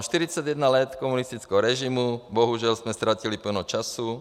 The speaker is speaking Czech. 41 let komunistického režimu, bohužel jsme ztratili plno času.